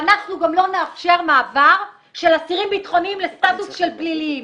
ואנחנו גם לא נאפשר מעבר של אסירים ביטחוניים לסטאטוס של פליליים.